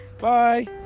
Bye